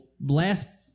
last